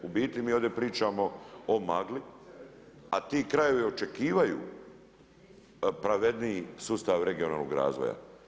U biti mi ovdje pričamo o magli a ti krajevi očekuju pravedniji sustav regionalnog razvoja.